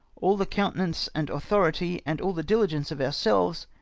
all the countenance and authority, and all the diligence of ourselves,